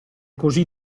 così